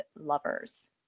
lovers